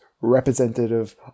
representative